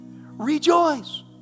Rejoice